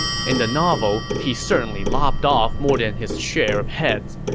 in the novel, he certainly like chopped off more than his share of heads.